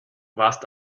warst